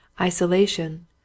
Isolation